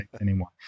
anymore